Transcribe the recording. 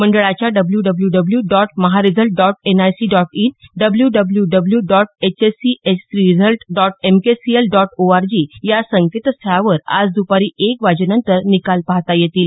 मंडळाच्या W W W dot maharesult dot NIC dot in W W W dot hscresult dot MKCL dot org या संकेतस्थळावर आज द्पारी एक वाजेनंतर निकाल पाहता येतील